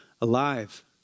alive